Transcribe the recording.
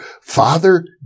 Father